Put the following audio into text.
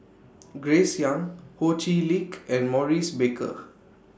Grace Young Ho Chee Lick and Maurice Baker